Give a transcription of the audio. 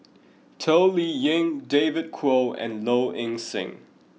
Toh Liying David Kwo and Low Ing Sing